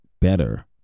better